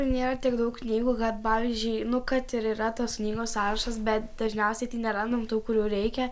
nėra tiek daug knygų kad pavyzdžiui nu kad ir yra tos knygų sąrašas bet dažniausiai tai nerandam tų kurių reikia